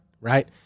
right